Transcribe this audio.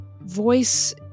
voice